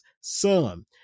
son